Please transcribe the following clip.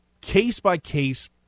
case-by-case